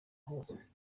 hose